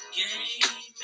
game